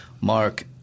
Mark